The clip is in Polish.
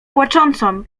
płaczącą